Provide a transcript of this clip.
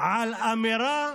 על אמירה